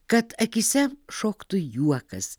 kad akyse šoktų juokas